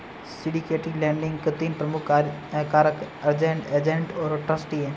syndicated lending के तीन प्रमुख कारक अरेंज्ड, एजेंट और ट्रस्टी हैं